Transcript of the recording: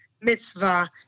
Mitzvah